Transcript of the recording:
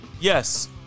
Yes